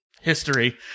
history